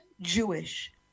Jewish